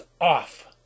off